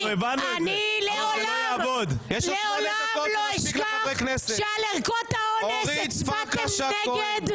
לעולם לא אשכח שעל ערכות האונס הצבעתם נגד.